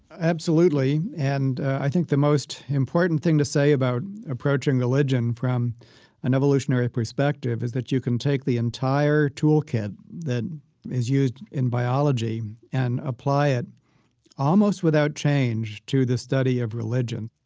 absolutely. and i think the most important thing to say about approaching religion from an evolutionary perspective is that you can take the entire tool kit that is used in biology and apply it almost without change to the study of religion.